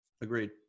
agreed